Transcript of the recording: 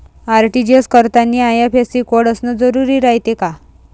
RTGS करतांनी IFSC code असन जरुरी रायते का?